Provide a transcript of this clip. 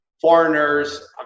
Foreigners